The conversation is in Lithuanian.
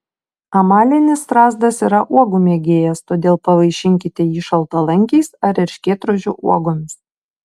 amalinis strazdas yra uogų mėgėjas todėl pavaišinkite jį šaltalankiais ar erškėtrožių uogomis